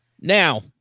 Now